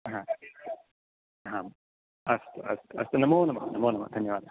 हा आम् अस्तु अस्तु अस्तु नमो नमः नमो नमः धन्यवादः